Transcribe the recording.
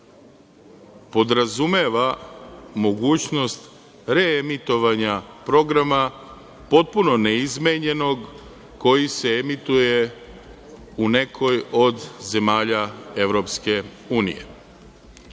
podrazumeva mogućnost reemitovanja programa potpuno neizmenjenog koji se emituje u nekoj od zemalja EU.